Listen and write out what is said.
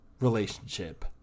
relationship